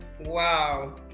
Wow